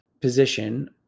position